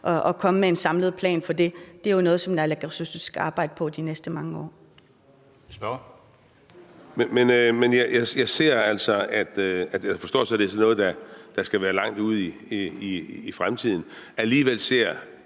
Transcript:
og komme med en samlet plan for det. Det er jo noget, som naalakkersuisut skal arbejde på de næste mange år.